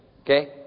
Okay